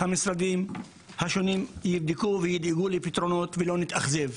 המשרדים השונים יבדקו וידאגו לפתרונות ולא נתאכזב.